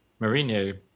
Mourinho